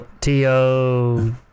T-O